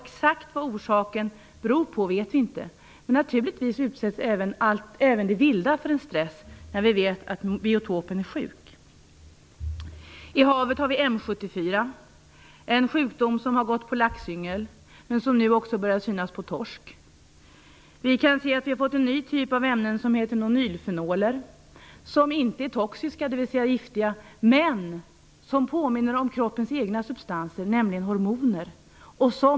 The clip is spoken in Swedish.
Exakt vad orsaken är vet vi inte. Men naturligtvis utsätts även viltet för stress när vi vet att biotopen är sjuk. I havet har vi M 74. Det är en sjukdom som har gått på laxyngel men som nu börjar synas också på torsk. Vi har fått en ny typ av ämnen som heter vinylfenoler. De är inte toxiska, dvs. giftiga, men de påminner om kroppens egna substanser, nämligen hormoner.